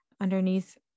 underneath